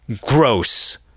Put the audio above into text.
gross